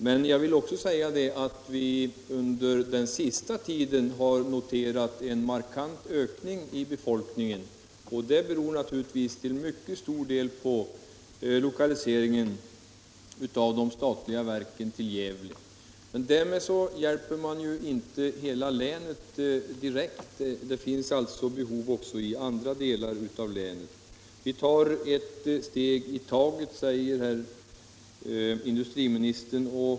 Men jag vill också säga att vi under den senaste tiden noterat en markant ökning av befolkningen. Det beror naturligtvis till mycket stor del på lokaliseringen av statliga verk till Gävle. Därmed har man emellertid inte hjälpt hela länet. Det finns behov också i andra delar av länet. Vi tar ett steg i taget, säger industriministern.